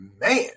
man